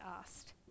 asked